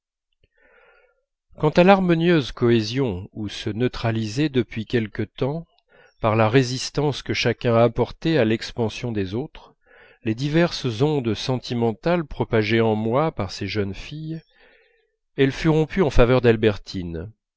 quant à l'harmonieuse cohésion où se neutralisaient depuis quelque temps par la résistance que chacune apportait à l'expansion des autres les diverses ondes sentimentales propagées en moi par ces jeunes filles elle fut rompue en faveur d'albertine